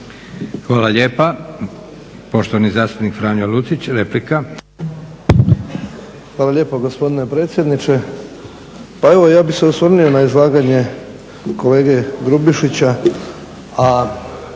Hvala lijepa. Poštovani zastupnik Franjo Lucić, replika. **Lucić, Franjo (HDZ)** Hvala lijepo gospodine predsjedniče. Pa evo ja bih se osvrnuo na izlaganje kolege Grubišića a